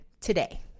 today